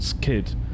kid